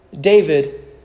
David